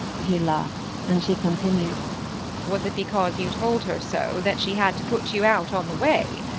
he laughed, and she continued was it because you told her so that she had to put you out on the way?